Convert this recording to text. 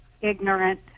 ignorant